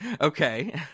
Okay